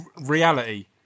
reality